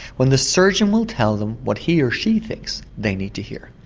when the surgeon will tell them what he or she thinks they need to hear.